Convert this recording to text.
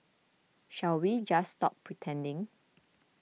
shall we just stop pretending